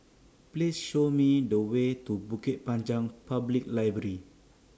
Please Show Me The Way to Bukit Panjang Public Library